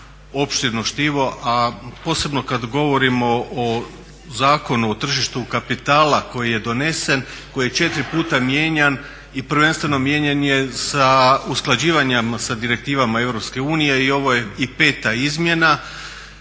opširno štivo, a posebno kad govorimo o Zakonu o tržištu kapitala koji je donesen, koji je četiri puta mijenjan i prvenstveno mijenjan je sa usklađivanjem sa direktivama Europske unije i ovo je i peta izmjena